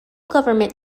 government